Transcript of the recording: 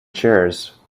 chairs